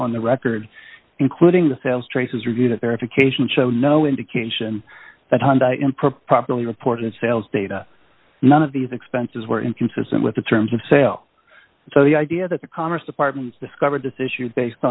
on the record including the sales traces review that verification showed no indication that hyundai impropriety reported sales data none of these expenses were inconsistent with the terms of sale so the idea that the commerce department discovered this issue based